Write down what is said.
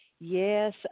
Yes